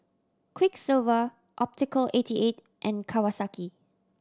Quiksilver Optical eighty eight and Kawasaki